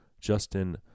Justin